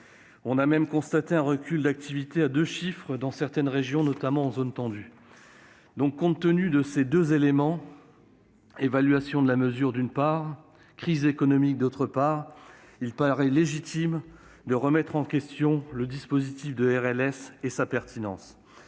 On a même constaté un recul d'activité à deux chiffres dans certaines régions, notamment en zones tendues. Compte tenu de ces deux éléments- évaluation de la mesure et crise économique -, il paraît légitime de remettre en question la pertinence